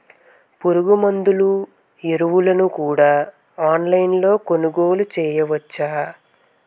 పురుగుమందులు ఎరువులను కూడా ఆన్లైన్ లొ కొనుగోలు చేయవచ్చా?